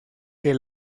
que